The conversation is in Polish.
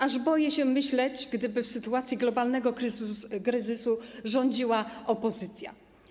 Aż boję się myśleć, gdyby w sytuacji globalnego kryzysu rządziła opozycja.